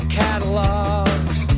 catalogs